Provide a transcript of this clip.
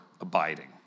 abiding